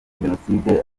jenoside